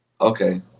okay